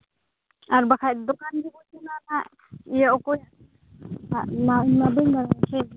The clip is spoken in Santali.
ᱟᱨ ᱵᱟᱠᱷᱟᱡ ᱫᱚᱠᱟᱱ ᱜᱮᱵᱚᱱ ᱪᱟᱞᱟᱜᱼᱟ ᱦᱟᱸᱜ ᱤᱭᱟᱹ ᱚᱠᱚᱭᱟᱜ ᱤᱧᱫᱚ ᱵᱟᱹᱧ ᱵᱟᱲᱟᱭᱟ ᱥᱮ